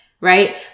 right